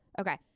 okay